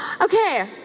Okay